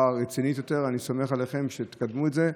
רצינית יותר אני סומך עליכם שתקדמו את זה.